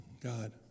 God